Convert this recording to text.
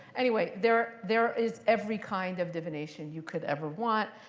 anyway there there is every kind of divination you could ever want.